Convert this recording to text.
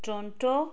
Toronto